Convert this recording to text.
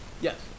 Yes